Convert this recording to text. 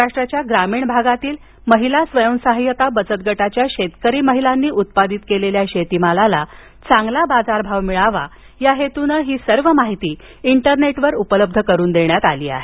महाराष्ट्राच्या ग्रामीण भागातील महिला स्वयंसहायता बचत गटाच्या शेतकरी महिलांनी उत्पादित केलेल्या शेतीमालाला चांगला बाजारभाव मिळण्याच्या हेतूनं ही सर्व माहिती इंटरनेटवर उपलब्ध केली आहे